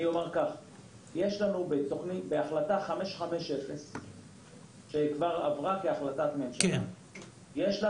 יש לנו בהחלטה 550 שכבר עברה כהחלטת ממשלה הגדרה